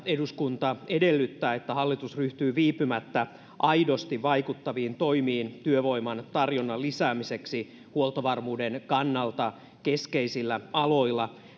eduskunta edellyttää että hallitus ryhtyy viipymättä aidosti vaikuttaviin toimiin työvoiman tarjonnan lisäämiseksi huoltovarmuuden kannalta keskeisillä aloilla